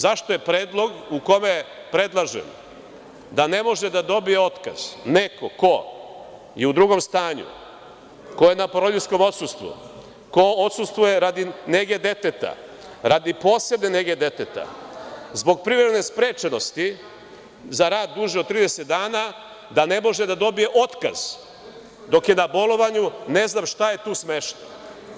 Zašto je predlog u kome predlažem da ne može da dobije otkaz neko ko je u drugom stanju, ko je na porodiljskom odsustvu, ko odsustvuje radi nege deteta, radi posebne nege deteta, zbog privremene sprečenosti za rad duži od 30 dana da ne može da dobije otkaz dok je na bolovanju, ne znam šta je tu smešno?